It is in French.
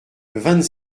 vingt